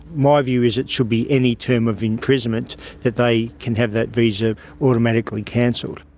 my view is it should be any term of imprisonment that they can have that visa automatically cancelled.